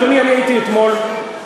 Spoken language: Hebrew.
אדוני, אני הייתי אתמול, אנחנו מתסיסים?